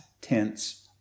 tense